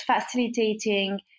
facilitating